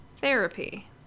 therapy